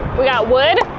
we got wood,